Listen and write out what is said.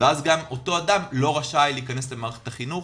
ואז אותו אדם לא רשאי להיכנס למערכת החינוך